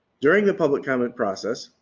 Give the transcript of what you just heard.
during the public comment process,